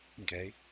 Okay